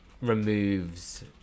removes